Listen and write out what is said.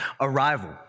arrival